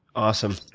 awesome.